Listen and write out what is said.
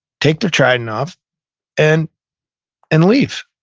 take their trident off and and leave.